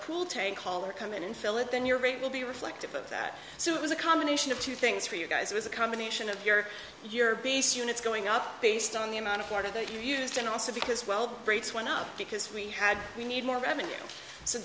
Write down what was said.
cool tank call or come in and fill it then your rate will be reflective of that so it was a combination of two things for you guys it was a combination of your your base units going up based on the amount of water that you used and also because well breaks one up because we had we need more revenue so